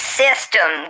system